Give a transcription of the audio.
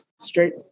straight